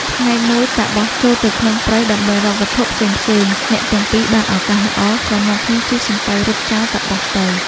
ថ្ងៃមួយ តាបសចូលទៅក្នុងព្រៃដើម្បីរកវត្ថុផ្សេងៗ អ្នកទាំងពីរបានឱកាសល្អ ក៏នាំគ្នាជិះសំពៅរត់ចោល តាបសទៅ ។